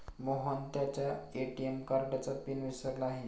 मोहन त्याच्या ए.टी.एम कार्डचा पिन विसरला आहे